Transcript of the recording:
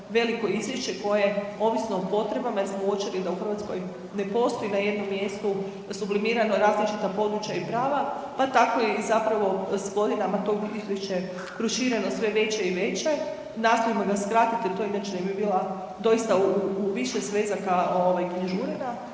veliko izvješće koje ovisno o potrebama jer smo uočili da u Hrvatskoj ne postoji na jednom mjestu sublimirano različita područja i prava pa tako je i zapravo s godinama to izvješće ruširano sve veće i veće, nastojimo ga skratiti to inače bi bila doista u više svezaka ovaj